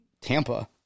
Tampa